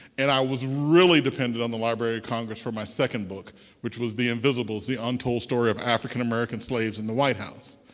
and i was really dependent on the library of congress for my second book which was the invisibles the untold story of african american slaves in the white house.